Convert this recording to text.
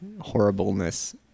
horribleness